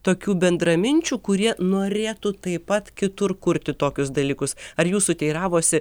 tokių bendraminčių kurie norėtų taip pat kitur kurti tokius dalykus ar jūsų teiravosi